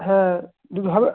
হ্যাঁ দুধ হবে